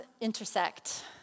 intersect